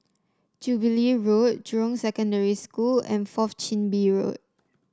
Jubilee Road Jurong Secondary School and Fourth Chin Bee Road